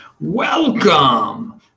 Welcome